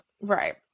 Right